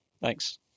Thanks